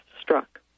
struck